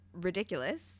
ridiculous